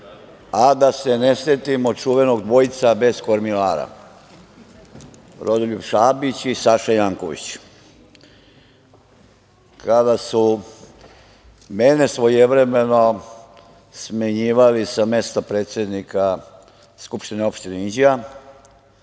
a da se ne setimo čuvenog dvojca bez kormilara - Rodoljub Šabić i Saša Janković. Kada su mene svojevremeno smenjivali sa mesta predsednika Skupštine opštine Inđija